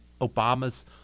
Obama's